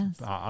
Yes